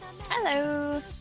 Hello